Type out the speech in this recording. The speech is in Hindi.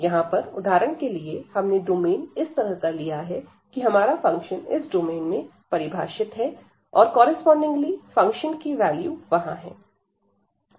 यहां पर उदाहरण के लिए हमने डोमेन इस तरह का लिया है कि हमारा फंक्शन इस डोमेन में परिभाषित है और कॉरस्पॉडिंगली फंक्शन की वैल्यू वहां है